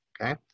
Okay